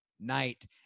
night